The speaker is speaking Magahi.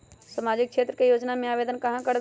सामाजिक क्षेत्र के योजना में आवेदन कहाँ करवे?